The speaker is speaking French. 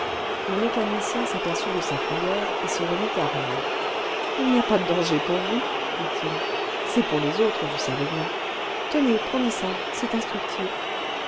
le mécanicien s'aperçut de sa frayeur et se remit à rire ce ii n'y a pas de danger pour vous dit-il c'est pour les autres vous savez bien tenez prenez ça c'est instructif